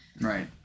Right